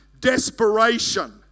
desperation